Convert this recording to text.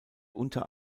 unter